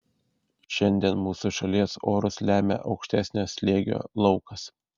šiandien mūsų šalies orus lemia aukštesnio slėgio laukas